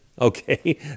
okay